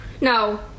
No